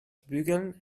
bügeln